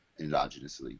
endogenously